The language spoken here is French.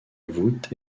voûte